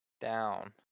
down